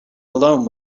alone